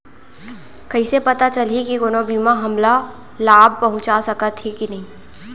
कइसे पता चलही के कोनो बीमा हमला लाभ पहूँचा सकही के नही